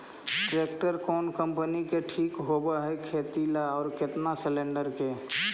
Tractor कोन company के ठीक होब है खेती ल औ केतना सलेणडर के?